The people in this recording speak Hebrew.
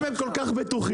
אם הם כל כך בטוחים,